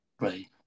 Right